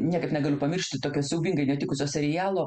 niekaip negaliu pamiršti tokio siaubingai netikusio serialo